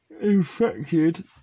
infected